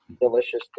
Delicious